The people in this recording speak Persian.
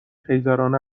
خیزران